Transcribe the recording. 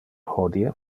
hodie